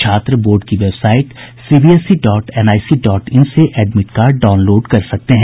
छात्र बोर्ड की website CBSE dot NIC dot in से एडमिट कार्ड डाउनलोड कर सकते हैं